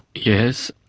yes.